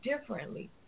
differently